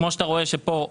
כמו שאתה רואה כאן,